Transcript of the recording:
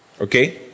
Okay